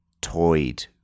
toyed